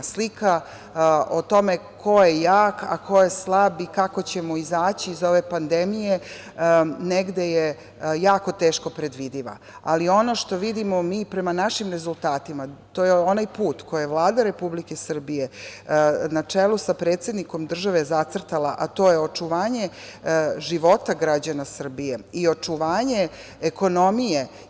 Slika o tome ko je jak, a ko je slab i kako ćemo izaći iz ove pandemije negde je jako teško predvidiva, ali ono što vidimo mi prema našim rezultatima to je onaj put koji je Vlada Republike Srbije na čelu sa predsednikom države zacrtala, a to je očuvanje života građana Srbije i očuvanje ekonomije.